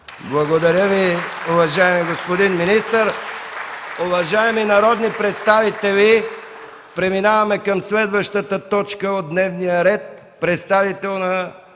Благодаря Ви, уважаеми господин министър. Уважаеми народни представители, преминаваме към следващата точка от дневния ред: